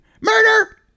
Murder